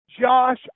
Josh